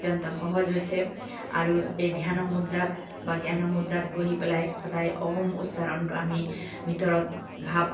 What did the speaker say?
অত্যন্ত সহজ হৈছে আৰু এই ধ্যানমুদ্ৰাত বা জ্ঞানমুদ্ৰাত বহি পেলাই সদায় ওম উচ্চাৰণটো আমি ভিতৰত ভাব